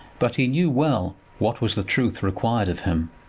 but he knew well what was the truth required of him.